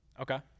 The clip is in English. Okay